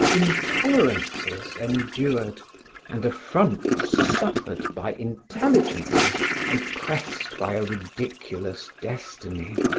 intolerances endured and affronts suffered by intelligences oppressed by a ridiculous destiny.